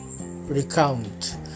recount